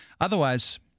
Otherwise